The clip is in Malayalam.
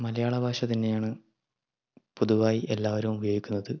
മലയാളഭാഷ തന്നെയാണ് പൊതുവായി എല്ലാവരും ഉപയോഗിക്കുന്നത്